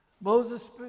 Moses